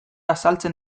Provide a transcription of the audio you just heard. azaltzen